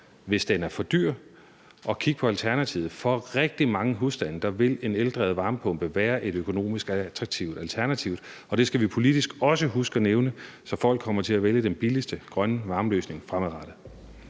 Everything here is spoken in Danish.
hvis den er for dyr, at kigge på alternativet. For rigtig mange husstande vil en eldrevet varmepumpe være et økonomisk attraktivt alternativ, og det skal vi politisk også huske at nævne, så folk kommer til at vælge den billigste grønne varmeløsning fremadrettet.